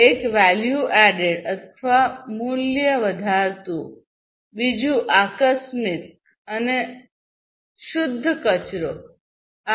એક value added મૂલ્ય ઉમેર્યું છે બીજું આકસ્મિક અને શુદ્ધ કચરો છે